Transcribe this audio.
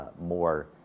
more